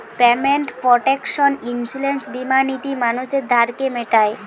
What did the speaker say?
payment protection insurance বীমা নীতি মানুষের ধারকে মিটায়